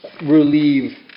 relieve